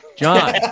John